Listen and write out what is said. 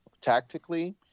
tactically